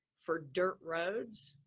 for dirt roads,